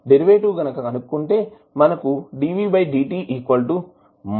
derivative కనుక్కుంటే మనకువస్తుంది